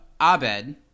Abed